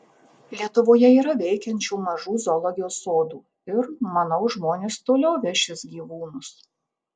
lietuvoje yra veikiančių mažų zoologijos sodų ir manau žmonės toliau vešis gyvūnus